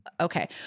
okay